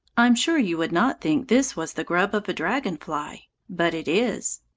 i'm sure you would not think this was the grub of a dragon-fly. but it is.